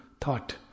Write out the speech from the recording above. thought